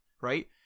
right